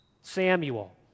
Samuel